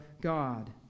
God